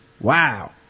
wow